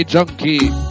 Junkie